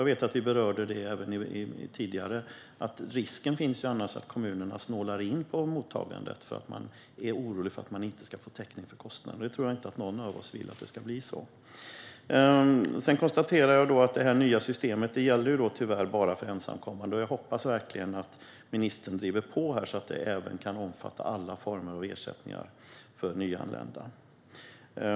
Vi berörde även tidigare att risken annars finns att kommunerna snålar in på mottagandet för att de är oroliga för att inte få täckning för kostnaderna. Jag tror inte att någon av oss vill att det ska bli så. Jag konstaterar att det nya systemet tyvärr bara gäller ensamkommande. Jag hoppas verkligen att ministern driver på här, så att det kan omfatta alla former av ersättningar för nyanlända.